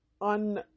on